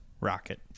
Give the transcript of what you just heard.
rocket